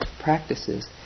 practices